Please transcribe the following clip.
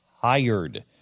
tired